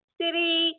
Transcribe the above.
city